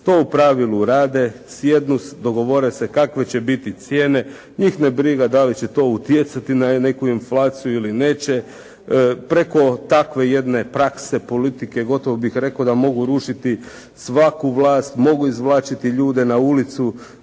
To u pravilu rade, sjednu, dogovore se kakve će biti cijene. Njih nije briga da li će to utjecati na neku inflaciju ili neće. Preko takve jedne prakse politike gotovo bih rekao da mogu rušiti svaku vlast, mogu izvlačiti ljude na ulicu,